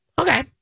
Okay